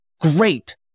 great